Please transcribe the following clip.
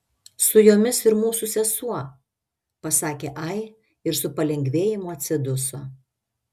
su jomis ir mūsų sesuo pasakė ai ir su palengvėjimu atsiduso